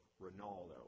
Ronaldo